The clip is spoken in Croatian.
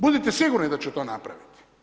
Budite sigurni da će to napraviti.